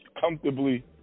comfortably